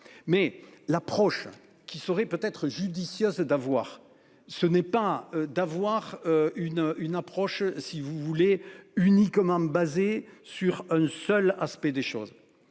Mais l'approche qui serait peut être judicieux, c'est d'avoir ce n'est pas d'avoir une une approche si vous voulez uniquement basé sur un seul aspect des choses.